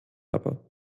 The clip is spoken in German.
aber